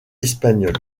espagnol